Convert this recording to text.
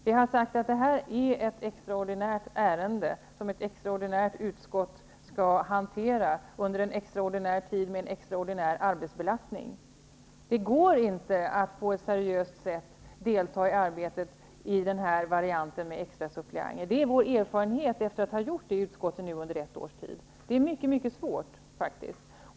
Vi har sagt att det här är ett extraordinärt ärende, som ett extraordinärt utskott skall hantera under en extraordinär tid med en extraordinär arbetsbelastning. Det går inte att på ett seriöst sätt delta i arbetet med varianten extrasuppleant. Det är vår erfarenhet efter att ha gjort det i utskotten under ett års tid. Det är faktiskt mycket svårt.